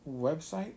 website